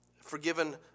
Forgiven